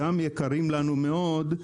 גם יקרים לנו מאוד,